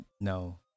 no